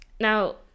Now